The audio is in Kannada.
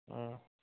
ಹ್ಞೂ